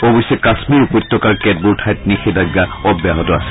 অৱশ্যে কাশ্মীৰ উপত্যকাৰ কেতবোৰ ঠাইত নিষেধাজ্ঞা অব্যাহত আছে